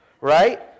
right